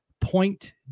point